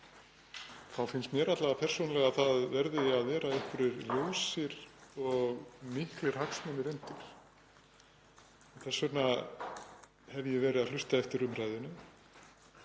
þá finnst mér alla vega persónulega að það verði að vera einhverjir ljósir og miklir hagsmunir undir. Þess vegna hef ég verið að hlusta eftir umræðunni,